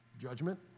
judgment